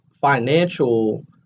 financial